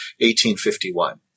1851